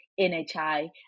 NHI